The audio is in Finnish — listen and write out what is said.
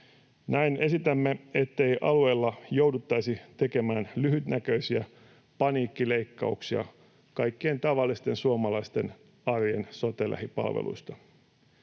Näin esitämme, jottei alueilla jouduttaisi tekemään lyhytnäköisiä paniikkileikkauksia kaikkien tavallisten suomalaisten arjen sote-lähipalveluista.